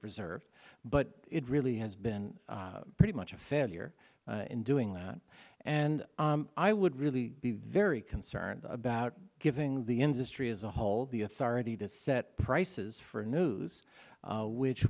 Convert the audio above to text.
preserved but it really has been pretty much a failure in doing that and i would really be very concerned about giving the industry as a whole the authority to set prices for news which